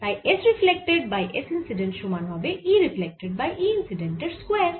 তাই S reflected by S incident সমান হবে E reflected by E incident এর স্কয়ার